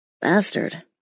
Bastard